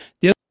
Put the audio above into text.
the-